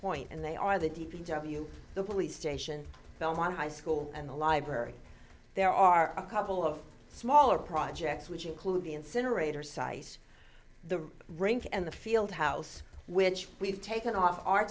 point and they are the d p w the police station down high school and the library there are a couple of smaller projects which include the incinerator size the rink and the field house which we've taken off our